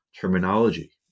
terminology